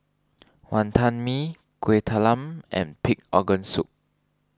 Wantan Mee Kueh Talam and Pig Organ Soup